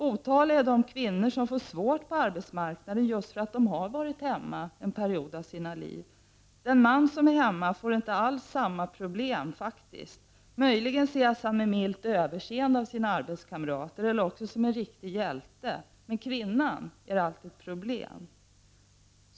Otaliga är de kvinnor som får svårt på arbetsmarknaden just för att de har varit hemma en period av sina liv. Den man som är hemma får inte alls samma problem. Möjligen ses han med milt överseende av sina arbetskamrater eller också som en riktig hjälte. Men för kvinnan är detta alltid ett problem.